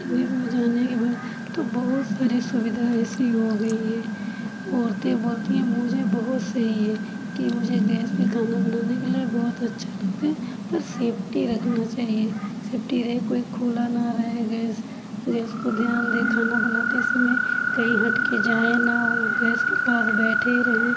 इतनी दूर जाने के बाद तो बहुत सारी सुविधा ऐसी हो गई है औरतें बोलती हैं मुझे बहुत सही है कि मुझे गैस पे खाना बनाने के लिए बहुत अच्छा लगता है पर सेफ्टी रखना चाहिए सेफ्टी रहे कोई खुला ना रहे गैस गैस को ध्यान दे खाना बनाते समय कहीं हट के जाएं ना ओ गैस के पास बैठे ही रहें